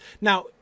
now